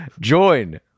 Join